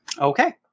Okay